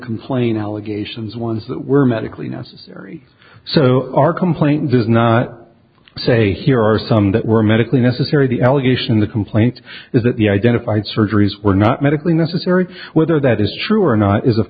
complaint allegations ones that were medically necessary so our complaint does not say here are some that were medically necessary the allegation in the complaint is that the identified surgeries were not medically necessary whether that is true or not is of